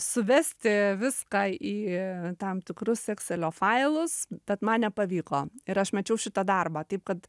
suvesti viską į tam tikrus ekselio failus bet man nepavyko ir aš mečiau šitą darbą taip kad